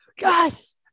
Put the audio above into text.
yes